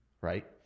right